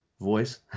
voice